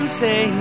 say